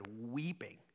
weeping